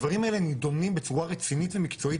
הדברים האלו נידונים בצורה רצינית ומקצועית